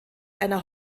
einer